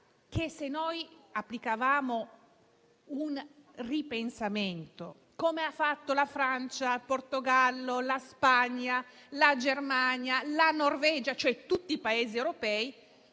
che se ci avessimo ripensato, come hanno fatto la Francia, il Portogallo, la Spagna, la Germania, la Norvegia, cioè tutti i Paesi europei,